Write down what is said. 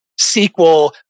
SQL